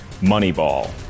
Moneyball